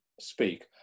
speak